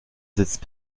sitzt